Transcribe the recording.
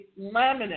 laminate